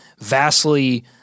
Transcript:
vastly